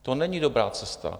To není dobrá cesta.